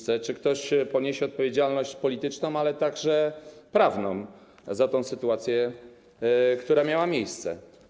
Czy ktoś poniesie odpowiedzialność polityczną, ale także prawną za sytuację, jaka miała miejsce?